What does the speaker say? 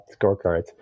scorecards